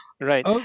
right